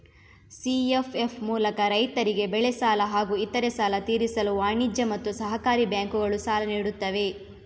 CFF ಮೂಲಕ ರೈತರಿಗೆ ಬೆಳೆ ಸಾಲ ಹಾಗೂ ಇತರೆ ಸಾಲ ತೀರಿಸಲು ವಾಣಿಜ್ಯ ಮತ್ತು ಸಹಕಾರಿ ಬ್ಯಾಂಕುಗಳು ಸಾಲ ನೀಡುತ್ತವೆ